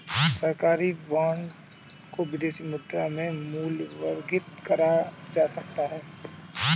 सरकारी बॉन्ड को विदेशी मुद्रा में मूल्यवर्गित करा जा सकता है